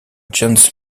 jens